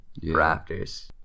Raptors